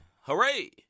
Hooray